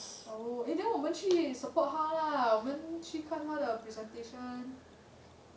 oh eh then 我们去 men qu support 他啦我们去看他的 la wo men qu kan ta de presentation